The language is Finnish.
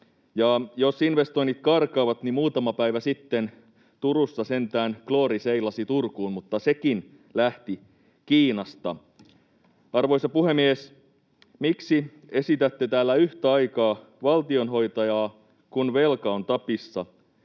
jos investoinnit karkaavat, niin muutama päivä sitten sentään Glory seilasi Turkuun, mutta sekin lähti Kiinasta. Arvoisa puhemies! Miksi esitätte täällä yhtä aikaa valtionhoitajaa, kun velka on tapissa,